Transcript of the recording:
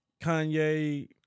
Kanye